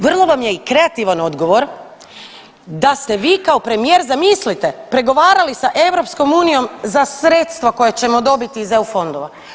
Vrlo vam je i kreativan odgovor da ste vi kao premijer zamislite pregovarali sa EU za sredstva koja ćemo dobiti iz EU fondova.